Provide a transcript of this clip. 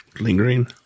lingering